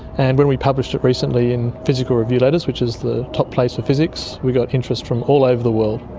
and when we published it recently in physical review letters, which is the top place for physics, we got interest from all over the world.